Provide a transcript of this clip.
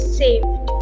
saved